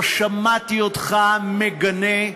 לא שמעתי אותך מגנה,